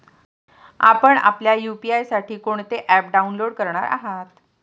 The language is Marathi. आपण आपल्या यू.पी.आय साठी कोणते ॲप डाउनलोड करणार आहात?